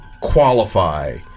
qualify